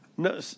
No